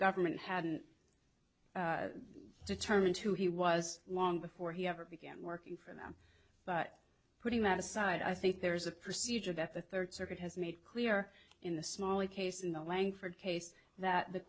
government hadn't determined who he was long before he ever began working for him but putting that aside i think there is a procedure that the third circuit has made clear in the smaller case in the langford case that the